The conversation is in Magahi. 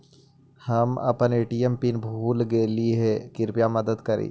हम अपन ए.टी.एम पीन भूल गईली हे, कृपया मदद करी